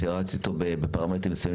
שרץ איתו בפרמטרים מסוימים,